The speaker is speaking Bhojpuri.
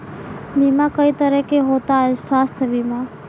बीमा कई तरह के होता स्वास्थ्य बीमा?